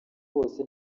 bose